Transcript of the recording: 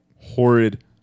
Horrid